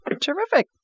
Terrific